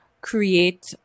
create